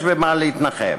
יש במה להתנחם.